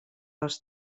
els